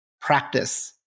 practice